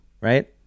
right